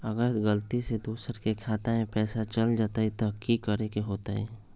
अगर गलती से दोसर के खाता में पैसा चल जताय त की करे के होतय?